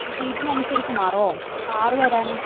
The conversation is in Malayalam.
അപ്പോൾ സീറ്റിനനുസരിച്ച് മാറുമോ അപ്പോൾ ആറുപേരാണ്